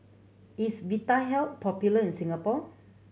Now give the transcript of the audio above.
is Vitahealth popular in Singapore